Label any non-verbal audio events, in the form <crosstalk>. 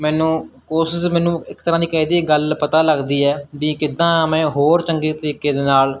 ਮੈਨੂੰ <unintelligible> ਮੈਨੂੰ ਇੱਕ ਤਰ੍ਹਾਂ ਦੀ ਕਹਿ ਦੀ ਗੱਲ ਪਤਾ ਲੱਗਦੀ ਹੈ ਵੀ ਕਿੱਦਾਂ ਮੈਂ ਹੋਰ ਚੰਗੇ ਤਰੀਕੇ ਦੇ ਨਾਲ